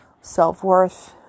self-worth